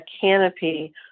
canopy